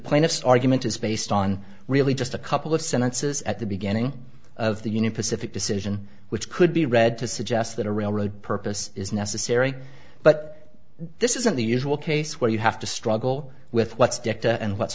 plaintiff's argument is based on really just a couple of sentences at the beginning of the union pacific decision which could be read to suggest that a railroad purpose is necessary but this isn't the usual case where you have to struggle with what's